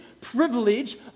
privilege